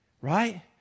right